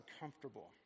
uncomfortable